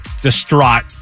distraught